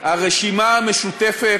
הרי הרשימה המשותפת,